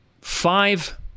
five